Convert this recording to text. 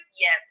yes